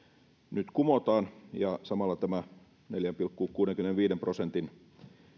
nyt kumotaan ja samalla tämä neljän pilkku kuudenkymmenenviiden prosentin